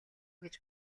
гэж